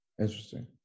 Interesting